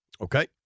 Okay